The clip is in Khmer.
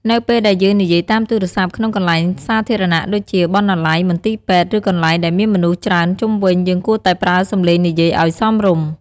នៅពេលដែលយើងនិយាយតាមទូរស័ព្ទក្នុងកន្លែងសាធារណៈដូចជា បណ្ណាល័យ មន្ទីរពេទ្យ ឬកន្លែងដែលមានមនុស្សច្រើនជុំវិញ យើងគួរតែប្រើសំឡេងនិយាយឲ្យសមរម្យ។